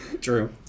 True